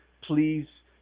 please